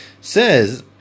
says